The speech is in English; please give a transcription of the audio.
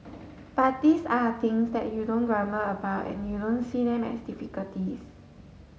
but these are things that you don't grumble about and you don't see them as difficulties